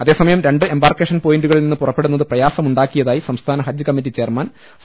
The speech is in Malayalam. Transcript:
അതേസമയം രണ്ട് എമ്പാർക്കേഷൻ പോയിന്റുകളിൽ നിന്ന് പുറപ്പെടുന്നത് പ്രയാസമുണ്ടാക്കിയതായി സംസ്ഥാന ഹജ്ജ് കമ്മറ്റി ചെയർമാൻ സി